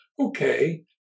Okay